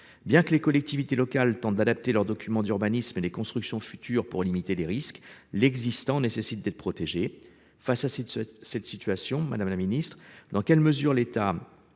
Bien que les collectivités locales tentent d'adapter leurs documents d'urbanisme et les constructions futures pour limiter les risques l'existant nécessite d'être protégée. Face à cette cette cette situation Madame la Ministre dans quelle mesure l'État.